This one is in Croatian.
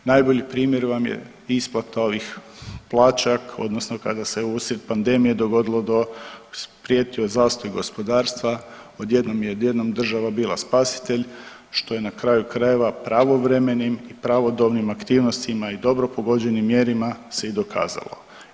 Najbolji primjer vam je isplata ovih plaća, odnosno kada se usred pandemije dogodilo do, prijetio je zastoj gospodarstva, odjednom je država bila spasitelj što je na kraju krajeva pravovremenim i pravodobnim aktivnostima i dobro pogođenim mjerama se i dokazalo.